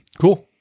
Cool